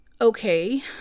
okay